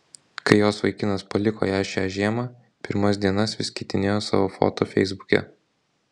kai jos vaikinas paliko ją šią žiemą pirmas dienas vis keitinėjo savo foto feisbuke